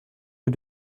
rue